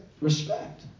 respect